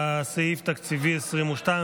41. סעיף תקציבי 22,